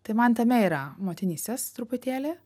tai man tame yra motinystės truputėlį